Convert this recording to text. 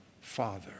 Father